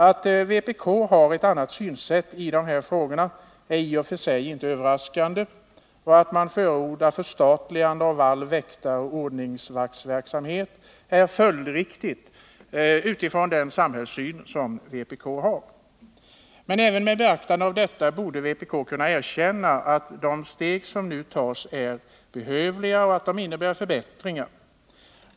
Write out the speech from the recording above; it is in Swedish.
Att vpk har ett annat synsätt i dessa frågor är i och för sig inte överraskande, och att man förordar förstatligande av all väktaroch ordningsvaktsverksamhet är följdriktigt med tanke på den samhällssyn vpk har. Men även med beaktande av detta borde vpk kunna erkänna att de steg som nu tas är behövliga och att de innebär förbättringar.